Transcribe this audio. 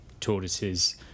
tortoises